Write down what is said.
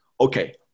Okay